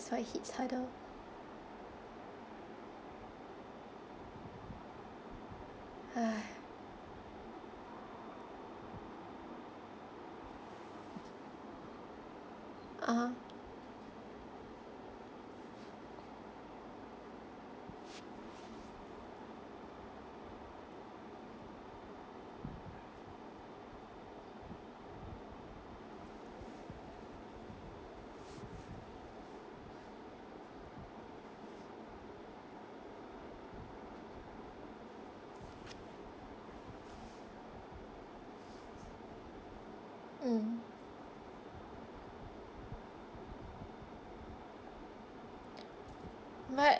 so it hits harder !hais! (uh huh) mm but